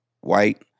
white